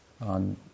on